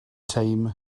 teim